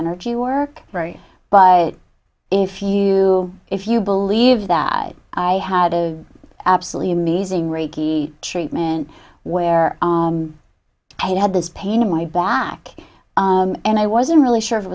energy work very but if you if you believe that i had a absolutely amazing reiki treatment where i had this pain in my back and i wasn't really sure if it